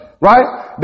Right